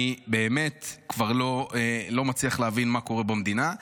אני באמת כבר לא מצליח להבין מה קורה במדינה.